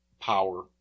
power